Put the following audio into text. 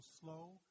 slow